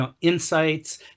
insights